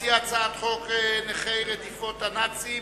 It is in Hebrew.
להציג את הצעת חוק נכי רדיפות הנאצים